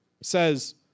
says